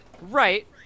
Right